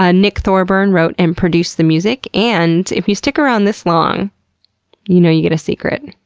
ah nick thorburn wrote and produced the music. and if you stick around this long you know you get a secret,